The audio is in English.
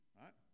right